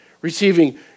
receiving